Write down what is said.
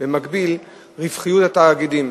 ובמקביל, רווחיות התאגידים,